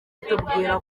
itubwira